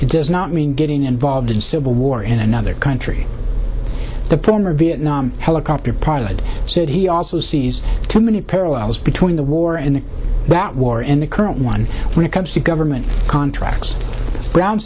it does not mean getting involved in civil war in another country the former vietnam helicopter pilot said he also sees too many parallels between the war in that war in the current one when it comes to government contracts brown